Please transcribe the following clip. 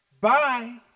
bye